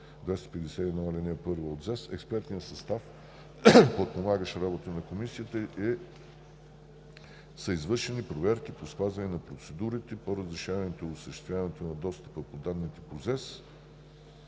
251б, ал. 1 от ЗЕС експертният състав, подпомагащ работата на Комисията, е извършил проверки по спазване на процедурите по разрешаването и осъществяването на достъп до данните по чл.